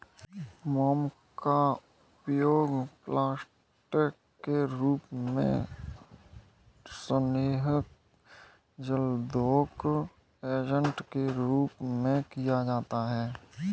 मोम का उपयोग प्लास्टिक के रूप में, स्नेहक, जलरोधक एजेंट के रूप में किया जाता है